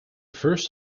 first